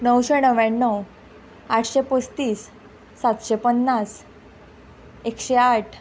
णवशें णव्याण्णव आठशें पस्तीस सातशें पन्नास एकशें आठ